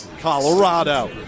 Colorado